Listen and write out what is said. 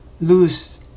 lose